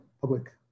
public